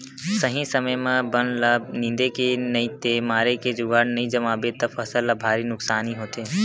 सही समे म बन ल निंदे के नइते मारे के जुगाड़ नइ जमाबे त फसल ल भारी नुकसानी होथे